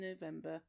november